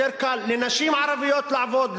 יהיה יותר קל לנשים ערביות לעבוד,